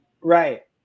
Right